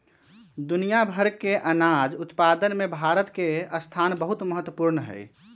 दुनिया भर के अनाज उत्पादन में भारत के स्थान बहुत महत्वपूर्ण हई